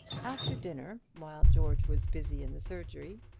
after dinner, while george was busy in the surgery,